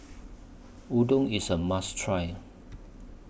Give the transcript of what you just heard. Udon IS A must Try